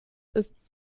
ist